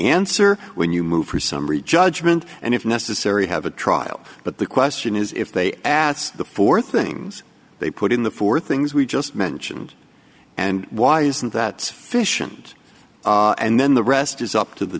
answer when you move for summary judgment and if necessary have a trial but the question is if they ask for things they put in the four things we just mentioned and why isn't that fish and and then the rest is up to the